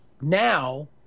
Now